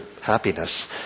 happiness